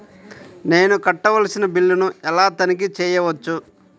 నేను కట్టవలసిన బిల్లులను ఎలా తనిఖీ చెయ్యవచ్చు?